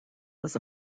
was